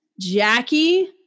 Jackie